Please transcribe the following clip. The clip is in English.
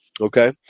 Okay